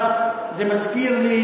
זה מזכיר לי